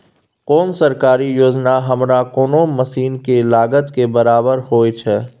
कोन सरकारी योजना हमरा कोनो मसीन के लागत के बराबर होय छै?